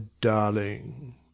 darling